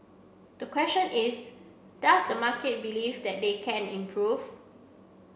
the question is does the market believe that they can improve